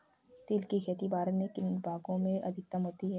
तिल की खेती भारत के किन भागों में अधिकतम होती है?